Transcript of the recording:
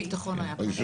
הוועדות קמו ב-12 ביולי.